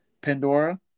pandora